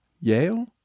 Yale